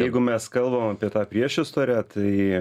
jeigu mes kalbam apie tą priešistorę tai